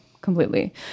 completely